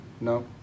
No